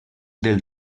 del